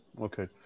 okay